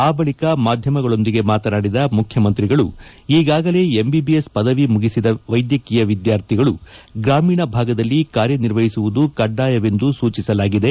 ಸಭೆ ನಂತರ ಮಾಧ್ವಮಗಳೊಂದಿಗೆ ಮಾತನಾಡಿದ ಮುಖ್ಯಮಂತ್ರಿಗಳು ಈಗಾಗಲೇ ಎಂಬಿಬಿಎಸ್ ಪದವಿ ಮುಗಿಸಿದ ವೈದ್ಯಕೀಯ ವಿದ್ಯಾರ್ಥಿಗಳಿಗೆ ಗ್ರಾಮೀಣ ಭಾಗದಲ್ಲಿ ಕಾರ್ಯನಿರ್ವಹಿಸುವುದು ಕಡ್ಡಾಯವೆಂದು ಸೂಚಿಸಲಾಗಿದೆ